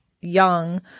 young